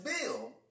bill